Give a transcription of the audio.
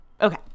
okay